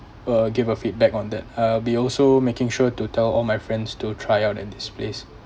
uh give a feedback on that uh we also making sure to tell all my friends to try out in this place